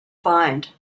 find